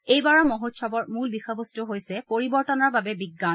এইবাৰৰ মহোৎসৱৰ মূল বিষয়বস্তু হৈছে পৰিৱৰ্তনৰ বাবে বিজ্ঞান